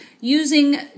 using